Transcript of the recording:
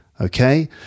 okay